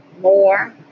more